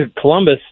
Columbus